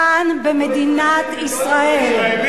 זה כאן, במדינת ישראל.